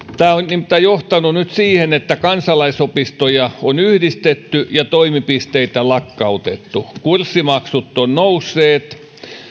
nimittäin johtanut nyt siihen että kansalaisopistoja on yhdistetty ja toimipisteitä lakkautettu ja kurssimaksut ovat nousseet